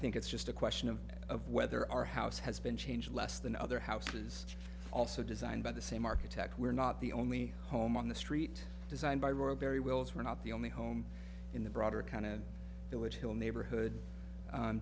think it's just a question of of whether our house has been changed less than other houses also designed by the same architect we're not the only home on the street designed by royal barry wills were not the only home in the broader kind of village hill neighborhood